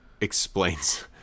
explains